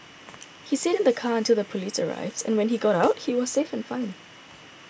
he stayed in the car until the police arrived and when he got out he was safe and fine